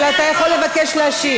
ואתה יכול לבקש להשיב.